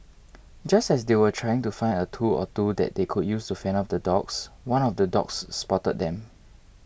just as they were trying to find a tool or two that they could use to fend off the dogs one of the dogs spotted them